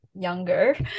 younger